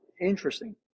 interesting